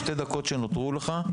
בשתי הדקות שנותרו לך,